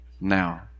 now